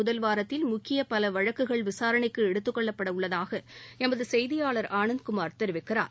முதல் வாரத்தில் முக்கிய பல வழக்குகள் விசாரணைக்கு எடுத்துக் கொள்ளப்படவுள்ளதாக எமது செய்தியாளர் ஆனந்த்குமார் தெரிவிக்கிறார்